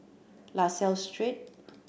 La Salle Street